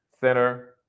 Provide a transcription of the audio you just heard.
center